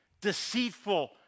deceitful